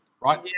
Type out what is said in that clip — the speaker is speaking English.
right